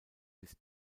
bis